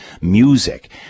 music